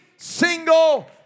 Single